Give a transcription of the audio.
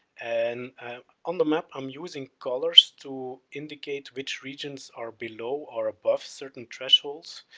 and on the map i'm using colors to indicate which regions are below or above certain thresholds,